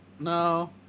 No